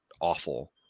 awful